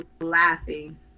laughing